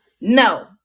no